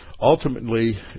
ultimately